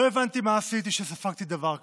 לא הבנתי מה עשיתי שספגתי דבר כזה.